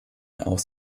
aus